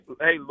Hey